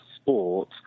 sport